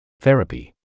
Therapy